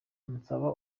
nsaba